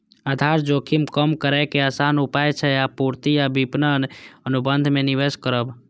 आधार जोखिम कम करै के आसान उपाय छै आपूर्ति आ विपणन अनुबंध मे प्रवेश करब